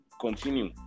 continue